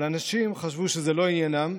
אבל אנשים חשבו שזה לא עניינם,